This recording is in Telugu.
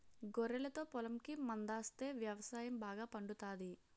గొర్రెలతో పొలంకి మందాస్తే వ్యవసాయం బాగా పండుతాది